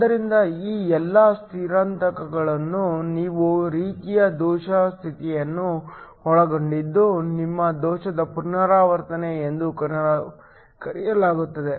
ಆದ್ದರಿಂದ ಈ ಎಲ್ಲಾ ಸ್ಥಿತ್ಯಂತರಗಳನ್ನು ಕೆಲವು ರೀತಿಯ ದೋಷ ಸ್ಥಿತಿಯನ್ನು ಒಳಗೊಂಡಿದ್ದು ನಿಮ್ಮ ದೋಷದ ಪರಿವರ್ತನೆ ಎಂದು ಕರೆಯಲಾಗುತ್ತದೆ